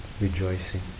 rejoicing